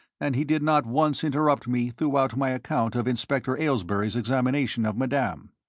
and he did not once interrupt me throughout my account of inspector aylesbury's examination of madame.